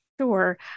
Sure